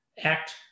Act